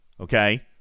Okay